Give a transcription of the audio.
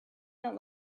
not